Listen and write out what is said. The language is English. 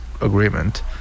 agreement